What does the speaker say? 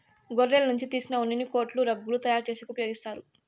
గొర్రెల నుంచి తీసిన ఉన్నిని కోట్లు, రగ్గులు తయారు చేసేకి ఉపయోగిత్తారు